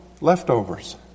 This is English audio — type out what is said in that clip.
leftovers